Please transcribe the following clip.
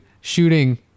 shooting